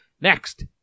next